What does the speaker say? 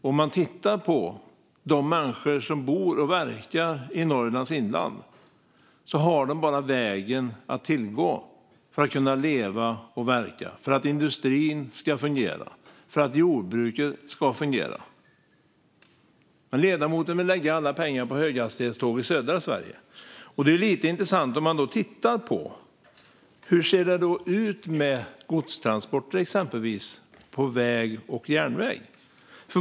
Om man tittar på de människor som bor och verkar i Norrlands inland ser man att de bara har vägen att tillgå för att kunna leva och verka, för att industrin ska fungera och för att jordbruket ska fungera. Men ledamoten vill lägga alla pengar på höghastighetståg i södra Sverige. Det blir lite intressant om man tittar på hur det ser ut med exempelvis godstransporter på väg och järnväg.